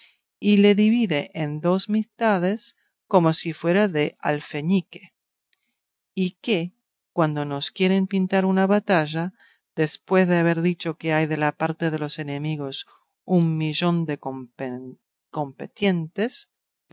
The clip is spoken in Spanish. y le divide en dos mitades como si fuera de alfeñique y que cuando nos quieren pintar una batalla después de haber dicho que hay de la parte de los enemigos un millón de competientes